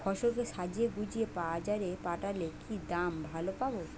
ফসল কে সাজিয়ে গুছিয়ে বাজারে পাঠালে কি দাম ভালো পাব?